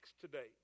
today